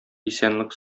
исәнлек